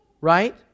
right